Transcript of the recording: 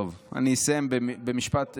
טוב, אסיים במשפט סיום.